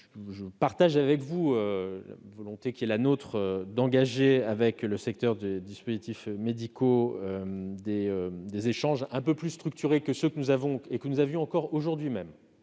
je partage avec vous la volonté d'engager avec le secteur des dispositifs médicaux des échanges un peu plus structurés que ceux que nous avions, encore aujourd'hui même,